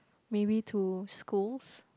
maybe to schools